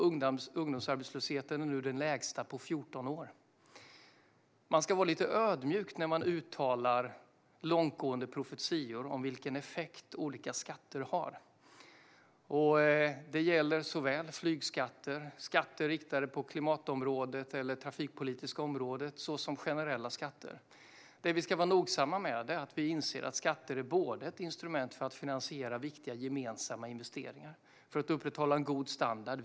Ungdomsarbetslösheten är nu den lägsta på 14 år. Man ska vara lite ödmjuk när man uttalar långtgående profetior om vilken effekt olika skatter har. Det gäller såväl flygskatten, skatter på klimatområdet och skatter på det trafikpolitiska området som generella skatter. Det vi ska vara nogsamma med är att vi inser att skatter är ett instrument för att finansiera viktiga gemensamma investeringar - detta för att upprätthålla en god standard.